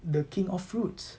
the king of fruits